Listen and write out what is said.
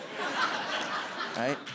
right